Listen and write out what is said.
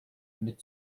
mit